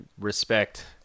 respect